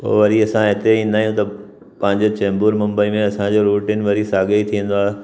पोइ वरी असां हिते ईंदा आहियूं त पंहिंजे चैंबुर मुंबई में असांजो रूटीन वरी साघेई थी वेंदो आहे